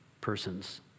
persons